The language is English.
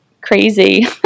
crazy